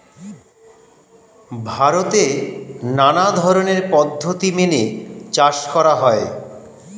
ভারতে নানা ধরনের পদ্ধতি মেনে চাষ করা হয়